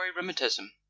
rheumatism